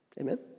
Amen